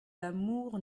l’amour